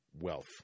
wealth